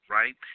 right